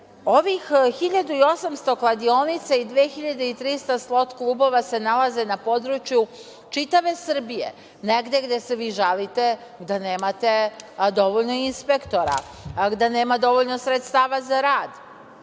ovih 1.800 kladionica i 2.300 slot klubova se nalaze na području čitave Srbije, negde gde se vi žalite da nemate dovoljno inspektora, gde nema dovoljno sredstava za rad,